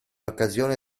occasione